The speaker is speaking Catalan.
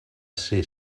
ser